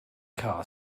car